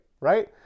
right